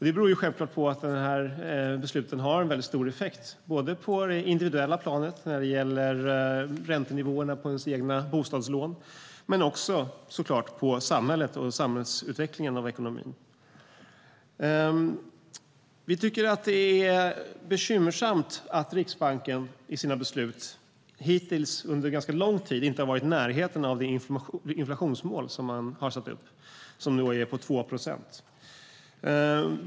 Det beror självklart på att dessa beslut har stor effekt på det individuella planet, när det gäller räntenivåerna på det egna bostadslånet, liksom på samhället och samhällsutvecklingen av ekonomin. Vi tycker att det är bekymmersamt att Riksbanken i sina beslut hittills, under ganska lång tid, inte varit i närheten av det inflationsmål som man satt upp och som nu är på 2 procent.